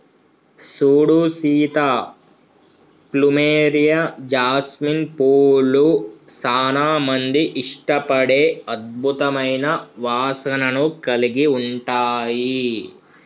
సూడు Sita plumeria, jasmine పూలు సానా మంది ఇష్టపడే అద్భుతమైన వాసనను కలిగి ఉంటాయి